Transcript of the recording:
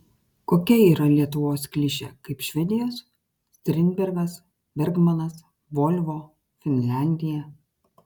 kokia yra lietuvos klišė kaip švedijos strindbergas bergmanas volvo finlandija